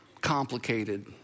complicated